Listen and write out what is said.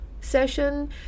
session